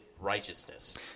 righteousness